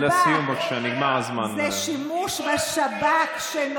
זה שימוש בשב"כ.